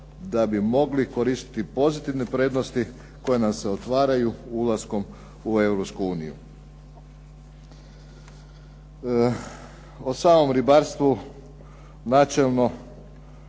da bi mogli koristiti pozitivne prednosti koje nam se otvaraju ulaskom u Europsku uniju. O samom ribarstvu načelno